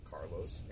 Carlos